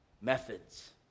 methods